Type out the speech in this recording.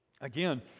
Again